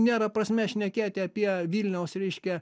nėra prasmės šnekėti apie vilniaus reiškia